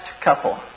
couple